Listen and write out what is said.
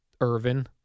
Irvin